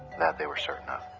that they were certain of.